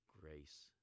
grace